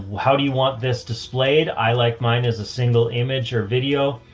how do you want this displayed? i like mine as a single image or video.